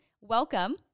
welcome